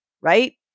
right